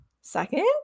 second